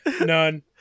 None